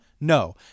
No